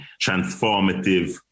transformative